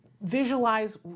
visualize